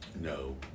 no